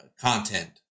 content